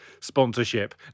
sponsorship